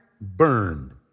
burned